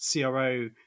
CRO